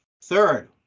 Third